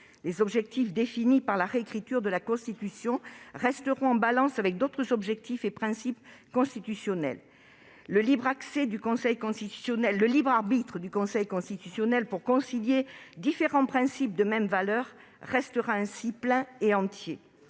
Les objectifs définis par la réécriture de la Constitution resteront en balance avec d'autres objectifs et principes constitutionnels. Le libre arbitre du Conseil constitutionnel pour concilier différents principes de même valeur restera ainsi plein et entier,